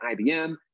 IBM